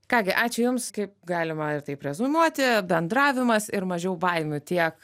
ką gi ačiū jums kaip galima ir taip reziumuoti bendravimas ir mažiau baimių tiek